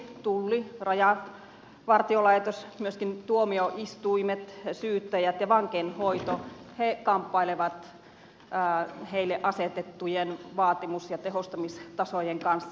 myös poliisi tulli rajavartiolaitos myöskin tuomioistuimet syyttäjät ja vankeinhoito kamppailevat heille asetettujen vaatimus ja tehostamistasojen kanssa